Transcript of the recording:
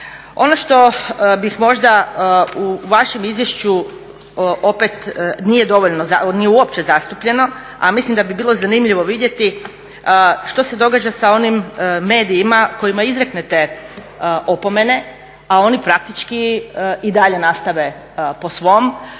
Ono što bih možda u vašem izvješću opet nije dovoljno, nije uopće zastupljeno a mislim da bi bilo zanimljivo vidjeti što se događa sa onim medijima kojima izreknete opomene a oni praktički i dalje nastave po svom.